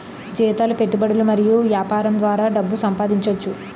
జీతాలు పెట్టుబడులు మరియు యాపారం ద్వారా డబ్బు సంపాదించోచ్చు